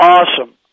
Awesome